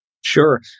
Sure